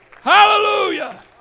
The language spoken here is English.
Hallelujah